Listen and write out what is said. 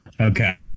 Okay